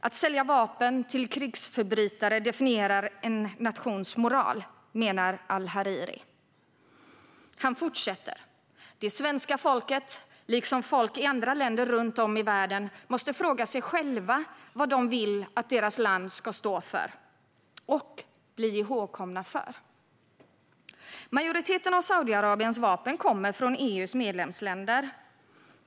Att sälja vapen till krigsförbrytare definierar en nations moral, menar Alhariri. Han fortsätter: Det svenska folket, liksom folk i andra länder runt om i världen, måste fråga sig själva vad de vill att deras land ska stå för och bli ihågkommet för. Majoriteten av Saudiarabiens vapen kommer från EU:s medlemsländer.